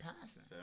passing